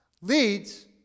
leads